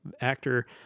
actor—